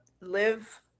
live